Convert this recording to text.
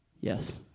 Yes